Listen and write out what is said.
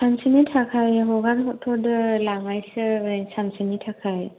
सानसेनि थाखाय हगार हरथ'दो लांनायसै सानसेनि थाखाय